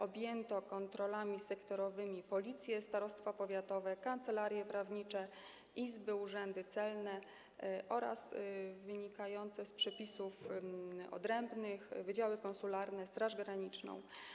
Objęto kontrolami sektorowymi Policję, starostwa powiatowe, kancelarie prawnicze, izby i urzędy celne oraz, co wynikało z przepisów odrębnych, wydziały konsularne i Straż Graniczną.